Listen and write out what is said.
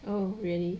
oh really